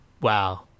Wow